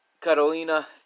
Carolina